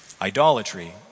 Idolatry